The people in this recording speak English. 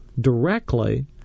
directly